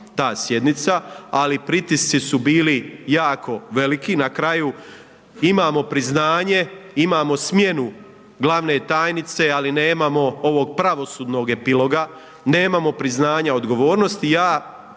ta sjednica, ali pritisci su bili jako veliki, na kraju, imamo priznanje, imamo smjenu glavne tajnice, ali nemamo ovog pravosudnog epiloga, nemamo priznanja, odgovornost